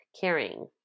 caring